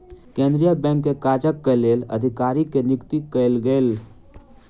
केंद्रीय बैंक के काजक लेल अधिकारी के नियुक्ति कयल गेल